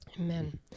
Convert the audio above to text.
amen